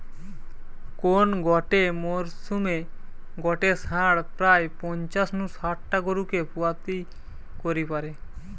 কোন গটে মরসুমে গটে ষাঁড় প্রায় পঞ্চাশ নু শাট টা গরুকে পুয়াতি করি পারে